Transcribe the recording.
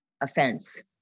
offense